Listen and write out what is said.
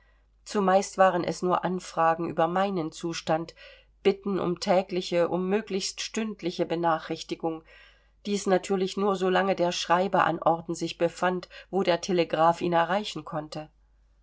zumeist waren es nur anfragen über meinen zustand bitten um tägliche um möglichst stündliche benachrichtigung dies natürlich nur solange der schreiber an orten sich befand wo der telegraph ihn erreichen konnte